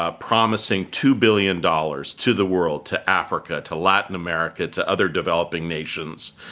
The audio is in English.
ah promising two billion dollars to the world, to africa, to latin america, to other developing nations.